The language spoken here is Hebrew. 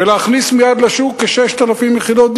ולהכניס מייד לשוק כ-6,000 יחידות.